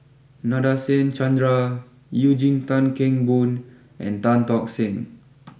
Nadasen Chandra Eugene Tan Kheng Boon and Tan Tock Seng